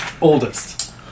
oldest